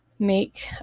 make